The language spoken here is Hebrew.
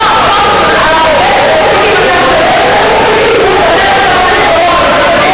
סליחה, בית-המחוקקים הזה קבע חוק-יסוד.